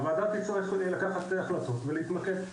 הוועדה תצטרך לקבל החלטות ולהתמקד.